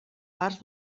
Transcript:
parts